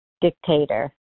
dictator